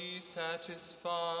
satisfied